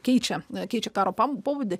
keičia keičia karo pobūdį